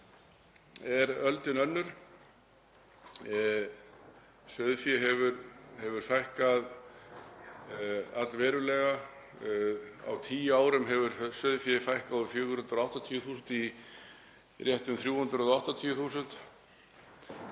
er öldin önnur og sauðfé hefur fækkað allverulega. Á tíu árum hefur sauðfé fækkað úr 480.000 í rétt um 380.000